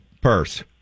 purse